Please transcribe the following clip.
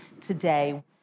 today